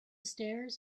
stairs